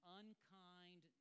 unkind